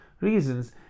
reasons